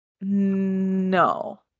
No